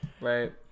Right